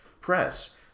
press